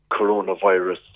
coronavirus